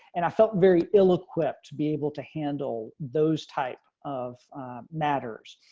and i felt very ill equipped to be able to handle those type of matters.